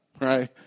right